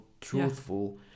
truthful